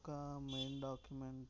ఇంకొక main document